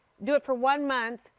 do it for one month,